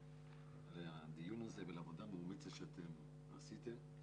על הדיון הזה ועל עבודה מאומצת שאתם עשיתם.